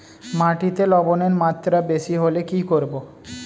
মাটিতে লবণের মাত্রা বেশি হলে কি করব?